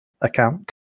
account